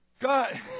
God